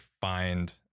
find